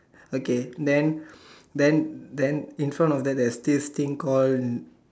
okay then then then in front of that there's this thing called